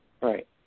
Right